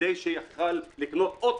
כדי שיוכל לקנות אוטו,